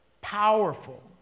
powerful